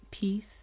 peace